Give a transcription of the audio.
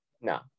No